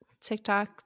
TikTok